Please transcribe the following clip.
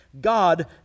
God